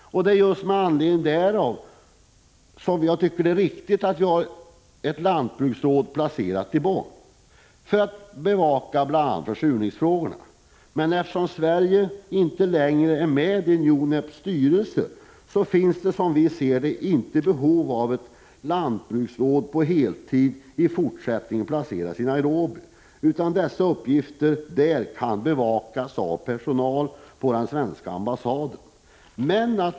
Jag tycker att det är riktigt att vi har ett lantbruksråd placerat i Bonn för att bevaka bl.a. försurningsfrågorna. Men eftersom Sverige inte längre är med i UNEP:s styrelse finns det, som vi ser det, i fortsättningen inte behov av att ett lantbruksråd på heltid är placerat i Nairobi. Dessa uppgifter kan bevakas av personal på den svenska ambassaden.